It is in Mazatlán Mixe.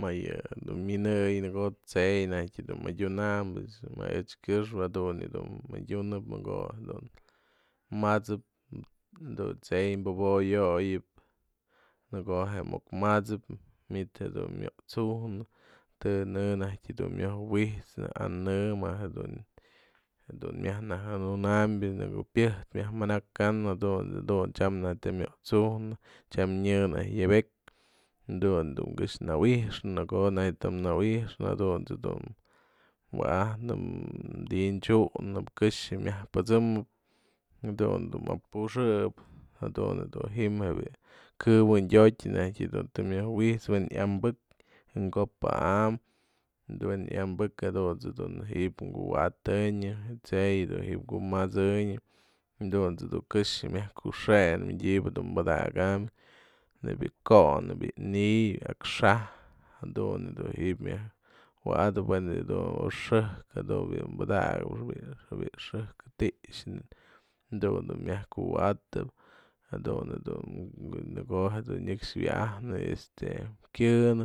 Më yë dun minëyen në ko'o tse'ey najkë dun adyunam echkëxpë jadun dun adyunëp në ko'o jedun matsa'ap, jadun tse'ey pëboyo'oyëp në ko'o je muk matsa'ap, manytë dun myot'sujnë, të në'ë dun naj myojwi'ijnë anë'ë më jedun jedun myaj nëjenunambë më ko'o pyajtë myaj manakanë jadun dun tyam naj tëm myoj t'sujnë, tyam nië nyaj yëbeky dun dun këx nawi'ixnëp, në ko'o naj të nawi'ixnë jadunt's jedun wa'ajnëp, mti'inx ju'unë, këxë myaj pësëmëp, jadun dun apuxëp, jadun du ji'im je këwëndyo'otë najtyë të myojwi'ijt'snë wen ya'anbëk jënko'op pa'am, wen ya'anbëk jadunt's jedun ji'ib kuwa'atenyëb, tse'ey du ji'ib mkumasënyëp jadunt's du këxë myaku'uxënëp madyëbë dun padaka'am, nebya yë ko'n, bi'i ni'iy, akxa'aj jadun du ji'ib myaj wa'adap wen yë dun xëjk jadun bi'i padakap, bi'i xëjk ti'ix jadun dun myajkuwa'atëpjadun dun në ko'o jedun nëkxë wya'ajnë este kyënë,